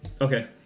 okay